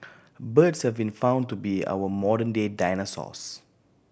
birds have been found to be our modern day dinosaurs